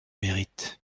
mérite